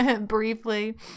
briefly